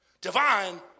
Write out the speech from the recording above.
Divine